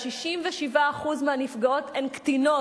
67% מהנפגעות הן קטינות,